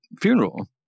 funeral